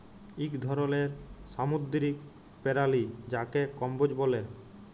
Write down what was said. ইক ধরলের সামুদ্দিরিক পেরালি যাকে কম্বোজ ব্যলে